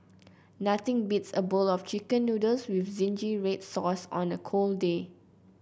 nothing beats a bowl of chicken noodles with zingy red sauce on a cold day